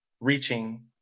reaching